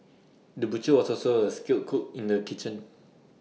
the butcher was also A skilled cook in the kitchen